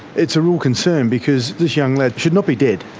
it's a real concern because this young lad should not be dead.